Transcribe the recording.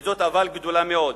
וזה אבל גדול מאוד,